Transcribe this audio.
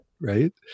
right